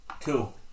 cool